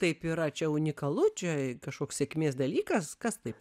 taip yra čia unikalu čia kažkoks sėkmės dalykas kas taip